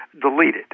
deleted